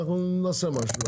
אנחנו נעשה משהו,